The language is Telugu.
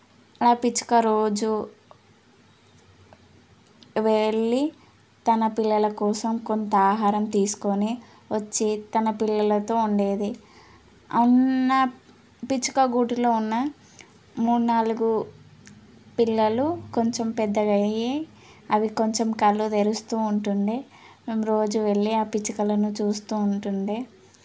ఆ పిచ్చుక రోజు వెళ్ళి తన పిల్లల కోసం కొంత ఆహారం తీసుకొని వచ్చి తన పిల్లలతో ఉండేది అన్న పిచ్చుక గూటిలో ఉన్న మూడు నాలుగు పిల్లలు కొంచెం పెద్దగా అయ్యి అవి కొంచెం కళ్ళు తెరుస్తూ ఉంటుండే మేము రోజు వెళ్ళి ఆ పిచ్చుకలను చూస్తూ ఉంటుండే